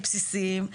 בסיסיים,